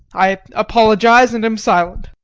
i apologise and am silent.